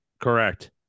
Correct